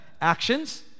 Actions